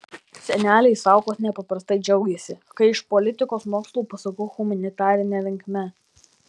seneliai saukos nepaprastai džiaugėsi kai iš politikos mokslų pasukau humanitarine linkme